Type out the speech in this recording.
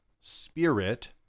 spirit